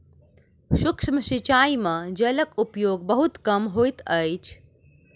सूक्ष्म सिचाई में जलक उपयोग बहुत कम होइत अछि